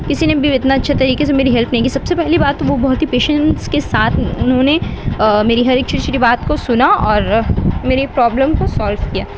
کسی نے بھی اتنا اچھے طریقے سے میری ہیلپ نہیں کی سب سے پہلی بات تو وہ بہت ہی پیشنس کے ساتھ انہوں نے میری ہر ایک چھوٹی چھوٹی بات کو سنا اور میری پرابلم کو سولف کیا